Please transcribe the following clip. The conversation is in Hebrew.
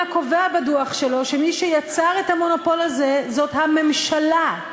קובע בדוח שלו שמי שיצר את המונופול הזה הוא הממשלה.